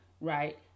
right